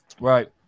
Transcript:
Right